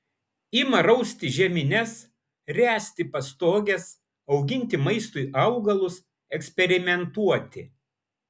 ima rausti žemines ręsti pastoges auginti maistui augalus eksperimentuoti